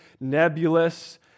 nebulous